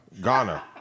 Ghana